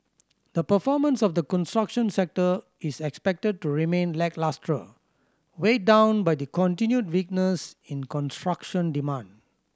the performance of the construction sector is expected to remain lacklustre weighed down by the continued weakness in construction demand